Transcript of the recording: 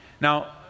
Now